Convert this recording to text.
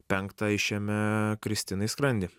penktą išėmė kristinai skrandį